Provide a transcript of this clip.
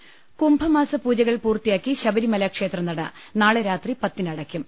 ദർവ്വെടു കുംഭമാസ പൂജകൾ പൂർത്തിയാക്കി ശബരിമല ക്ഷേത്രനട നാളെ രാത്രി പത്തിന് അടയ്ക്കും